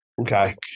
Okay